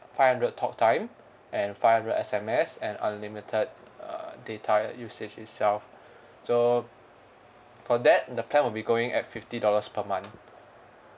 five hundred talk time and five hundred S_M_S and unlimited err data usage itself so for that the plan will be going at fifty dollars per month